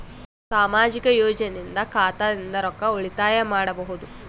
ಸಾಮಾಜಿಕ ಯೋಜನೆಯಿಂದ ಖಾತಾದಿಂದ ರೊಕ್ಕ ಉಳಿತಾಯ ಮಾಡಬಹುದ?